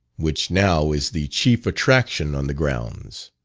which now is the chief attraction on the grounds.